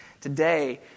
Today